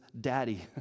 daddy